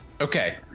Okay